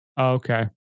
Okay